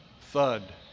thud